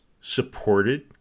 supported